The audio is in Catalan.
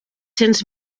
cents